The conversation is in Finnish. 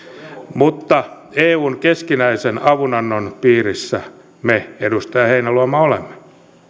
mutta eun keskinäisen avunannon piirissä me edustaja heinäluoma olemme